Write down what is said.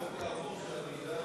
עבדאללה אבו מערוף, טלב אבו עראר,